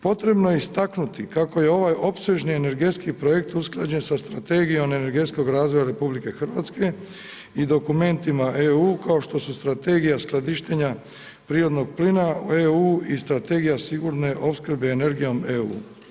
Potrebno je istaknuti kako je ovaj opsežni energetski projekt usklađen sa Strategijom energetskog razvoja RH i dokumentima EU kao što su strategija skladištenja prirodnog plina EU i strategija sigurne opskrbe energijom EU.